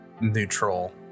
neutral